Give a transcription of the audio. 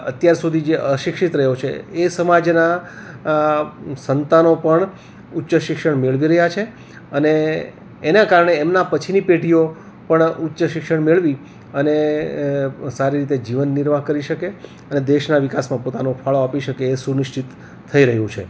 અત્યાર સુધી જે અશિક્ષિત રહ્યો છે એ સમાજના સંતાનો પણ ઉચ્ચ શિક્ષણ મેળવી રહ્યાં છે અને એનાં કારણે એમનાં પછીની પેઢીઓ પણ ઉચ્ચ શિક્ષણ મેળવી અને સારી રીતે જીવન નિર્વાહ કરી શકે અને દેશના વિકાસમાં પોતાનો ફાળો આપી શકે એ સુનિશ્ચિત થઈ રહ્યું છે